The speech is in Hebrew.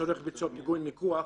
לצורך ביצוע פיגועי מיקוח,